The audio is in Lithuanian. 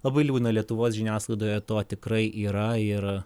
labai liūdna lietuvos žiniasklaidoje to tikrai yra ir